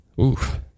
Oof